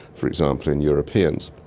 for example, in europeans.